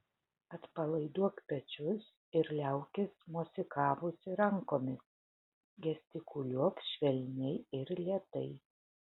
atpalaiduok pečius ir liaukis mosikavusi rankomis gestikuliuok švelniai ir lėtai